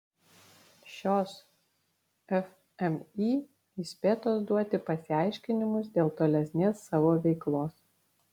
šios fmį įspėtos duoti pasiaiškinimus dėl tolesnės savo veiklos